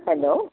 hello